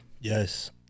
Yes